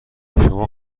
شما